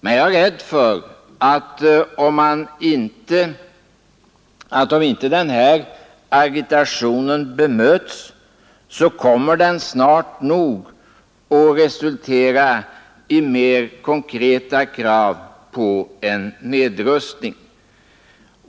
Men jag är rädd för att om inte den här agitationen bemöts kommer den snart nog att resultera i mer konkreta krav på en nedrustning.